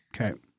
Okay